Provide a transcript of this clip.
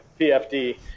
PFD